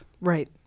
Right